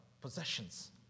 possessions